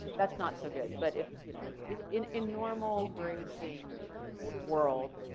that's not so good, but if you know if in in normal grade change world,